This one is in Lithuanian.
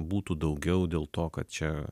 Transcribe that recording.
būtų daugiau dėl to kad čia